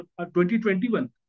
2021